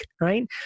right